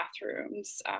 bathrooms